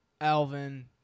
Alvin